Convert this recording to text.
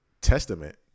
Testament